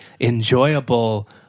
enjoyable